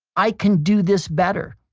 i can do this better,